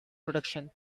production